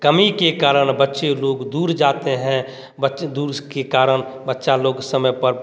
कमी के कारण बच्चे लोग दूर जाते हैं बच्चे दुरुस्त के कारण बच्चा लोग समय पर